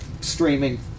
streaming